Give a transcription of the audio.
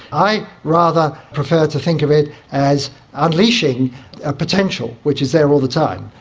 i rather prefer to think of it as unleashing a potential which is there all the time,